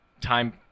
time